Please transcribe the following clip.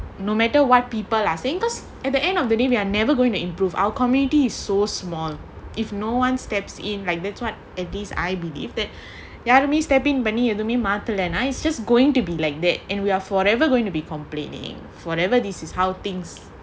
no matter what people are saying because at the end of the day we are never going to improve our community is so small if no one steps in like this [what] at this I believe that யாருமே:yarumae step in பண்ணி எதுவுமே மாத்தலேனா:ethuvumae mathalaenaa is just going to be like that in we're forever going to be complaining forever this is how things